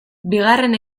bigarren